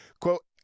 Quote